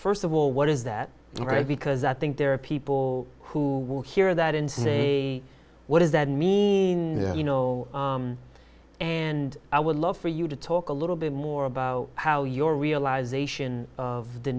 first of all what is that all right because i think there are people who will hear that and say what does that mean you know and i would love for you to talk a little bit more about how your